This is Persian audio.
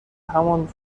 همان